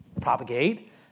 propagate